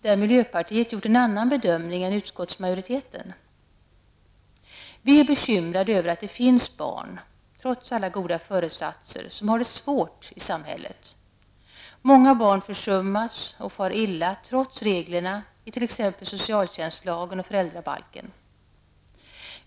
där miljöpartiet har gjort en annan bedömning än utskottsmajoriteten. Vi är bekymrade över att det, trots alla goda föresatser, finns barn som har det svårt i vårt samhälle. Många barn försummas och far illa trots reglerna i t.ex. socialtjänstlagen och föräldrabalken.